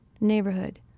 neighborhood